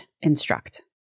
instruct